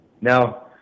now